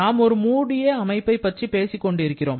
நாம் ஒரு மூடிய அமைப்பை பற்றி பேசிக் கொண்டிருக்கிறோம்